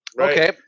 Okay